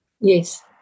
Yes